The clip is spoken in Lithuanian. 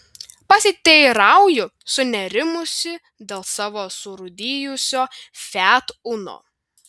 pasiteirauju sunerimusi dėl savo surūdijusio fiat uno